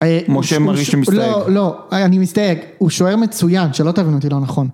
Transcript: משה מרי שמסתייג, לא לא אני מסתייג הוא שוער מצוין שלא תבין אותי לא נכון